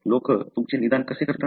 लोक तुमचे निदान असे करतात